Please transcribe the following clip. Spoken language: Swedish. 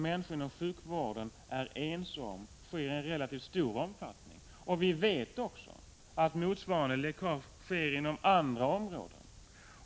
Människor inom sjukvården är ense om att sådana sker i en relativt stor omfattning. Vi vet också att motsvarande läckage sker inom andra områden.